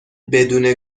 بدون